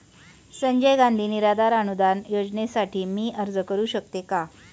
संजय गांधी निराधार अनुदान योजनेसाठी मी अर्ज करू शकते का?